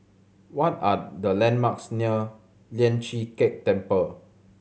what are the landmarks near Lian Chee Kek Temple